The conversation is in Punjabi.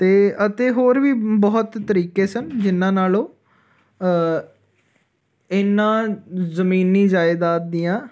ਅਤੇ ਅਤੇ ਹੋਰ ਵੀ ਬਹੁਤ ਤਰੀਕੇ ਸਨ ਜਿਹਨਾਂ ਨਾਲ ਉਹ ਇਨ੍ਹਾਂ ਜ਼ਮੀਨੀ ਜਾਇਦਾਦ ਦੀਆਂ